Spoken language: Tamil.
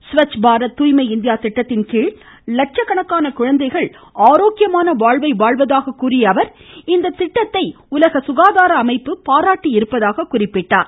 ஸ்வச் பாரத் தூய்மை இந்தியா திட்டத்தின்கீழ் லட்சக்கணக்கான குழந்தைகள் ஆரோக்கியமான வாழ்வை வாழ்வதாக கூறிய அவர் இந்த திட்டத்தை உலக சுகாதார அமைப்பு பாராட்டியிருப்பதாக குறிப்பிட்டார்